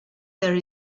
there